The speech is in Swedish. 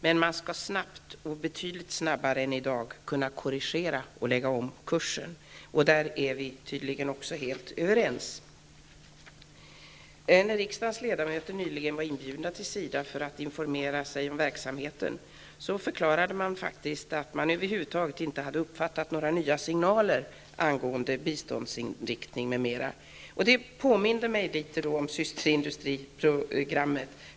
Men det gäller att snabbt, betydligt snabbare än som i dag är fallet, kunna göra korrigeringar och lägga om kursen. I det avseendet är vi tydligen helt överens. Nyligen var en del av riksdagens ledamöter inbjudna till SIDA för att bli informerade om verksamheten förklarade man faktiskt att man inte hade uppfattat några nya signaler över huvud taget angående biståndsinriktning m.m. Det gjorde mig påmind om systerindustriprogrammet.